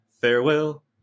Farewell